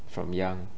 from young